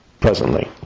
presently